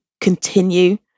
continue